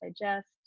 digest